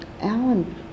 Alan